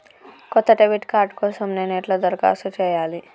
కొత్త debit card కోసం నేను ఎట్లా దరఖాస్తు చేయాలి?